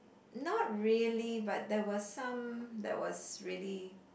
not really but there was some that was really